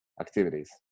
activities